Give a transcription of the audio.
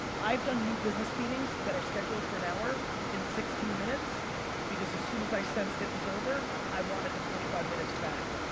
i've done new business meetings, that are scheduled for an hour, in sixteen minutes because as soon as i sensed it was over, i wanted the forty five minutes back.